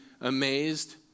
amazed